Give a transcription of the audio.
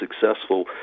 successful